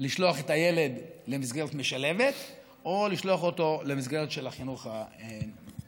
לשלוח את הילד למסגרת משלבת או לשלוח אותו למסגרת של החינוך המיוחד.